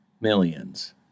millions